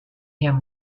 him